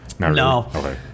No